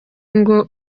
ngo